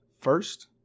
first